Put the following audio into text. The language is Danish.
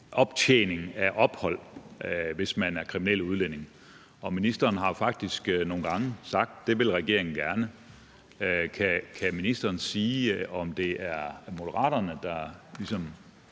optjening af ophold, hvis der er tale om en kriminel udlænding, og ministeren har faktisk nogle gange sagt, at det vil regeringen gerne gøre. Kan ministeren sige, om det er Moderaterne, der ligesom